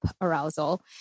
arousal